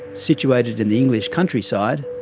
situated in the english countryside,